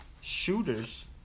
shooters